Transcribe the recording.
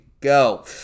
go